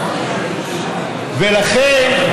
ולכן,